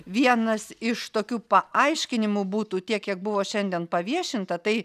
vienas iš tokių paaiškinimų būtų tiek kiek buvo šiandien paviešinta tai